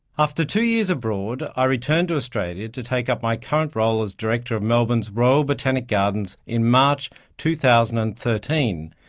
after two years abroad i returned to australia to take up my current role as director of melbourne's royal botanic gardens in march two thousand and thirteen,